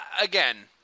Again